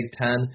Ten